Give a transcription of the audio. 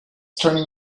turning